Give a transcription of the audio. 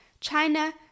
China